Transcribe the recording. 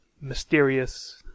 mysterious